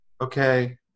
okay